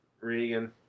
Regan